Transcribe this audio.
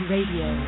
Radio